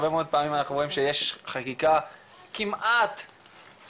הרבה מאוד פעמים אנחנו אומרים שיש חקיקה כמעט מצוינת,